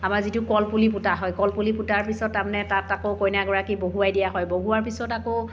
তাপা যিটো কলপুলি পোতা হয় কলপুলি পোতাৰ পিছত তাৰমানে তাত আকৌ কইনাগৰাকী বহুৱাই দিয়া হয় বহুওৱাৰ দিয়াৰ পিছত আকৌ